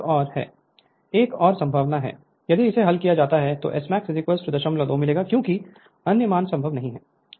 Refer Slide Time 1403 यदि इसे हल किया जाता है तो Smax02 मिलेगा क्योंकि अन्य मान संभव नहीं हैं